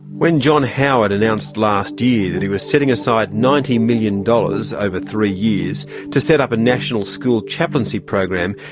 when john howard announced last year that he was setting aside ninety million dollars over three years to set up a national school chaplaincy program,